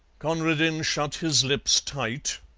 conradin shut his lips tight,